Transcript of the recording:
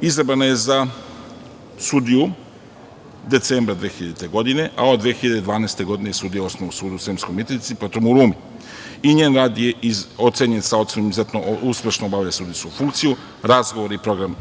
Izabrana je za sudiju decembra 2000. godine, a od 2012. godine je sudija Osnovnog suda u Sremskoj Mitrovici, potom u Rumi. I njen rad je ocenjen ocenom „izuzetno uspešno obavlja sudijsku funkciju“, razgovor